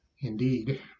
Indeed